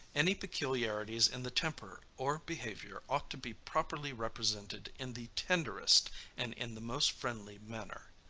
any peculiarities in the temper or behavior ought to be properly represented in the tenderest and in the most friendly manner.